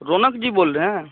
रौनक जी बोल रहे हैं